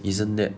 isn't that